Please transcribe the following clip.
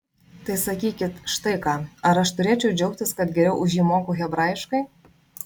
tai sakykit štai ką ar aš turėčiau džiaugtis kad geriau už jį moku hebrajiškai